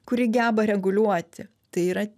kuri geba reguliuoti tai yra